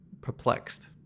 perplexed